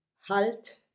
halt